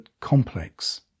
complex